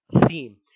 theme